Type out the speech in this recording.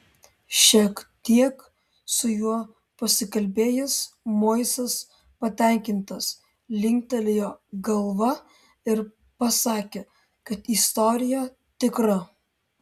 šiek tiek su juo pasikalbėjęs moisas patenkintas linktelėjo galva ir pasakė kad istorija tikra